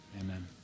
Amen